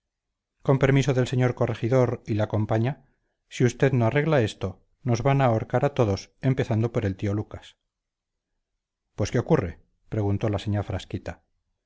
con permiso del señor corregidor y la compaña si usted no arregla esto nos van a ahorcar a todos empezando por el tío lucas pues qué ocurre preguntó la señá frasquita